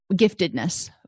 giftedness